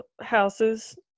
houses